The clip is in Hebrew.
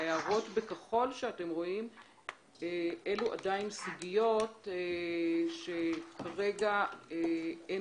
ההערות בכחול אלו עדיין סוגיות שכרגע אין